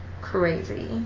crazy